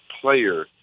player